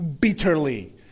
bitterly